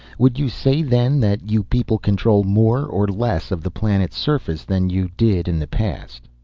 would you say then, that you people control more or less of the planet's surface than you did in the past?